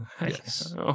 Yes